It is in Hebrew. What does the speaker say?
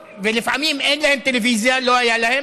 ולפעמים אין להם טלוויזיה, לא הייתה להם,